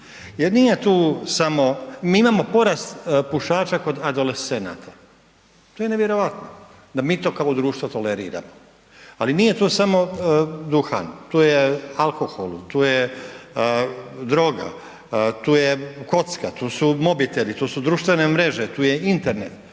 jer nije tu samo, mi imamo porast pušača kod adolescenata, to je nevjerojatno da mi to kao društvo toleriramo, ali nije to samo duhan, tu je alkohol, tu je droga, tu je kocka, tu su mobiteli, tu su društvene mreže, tu je Internet,